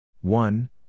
one